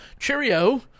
cheerio